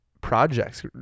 projects